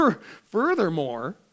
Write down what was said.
Furthermore